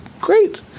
great